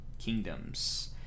kingdoms